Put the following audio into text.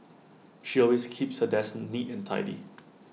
she always keeps her desk neat and tidy